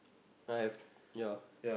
I have ya